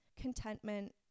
contentment